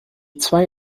zwei